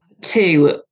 Two